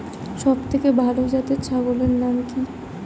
সবথেকে ভালো জাতের ছাগলের নাম কি?